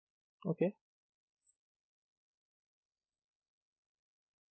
okay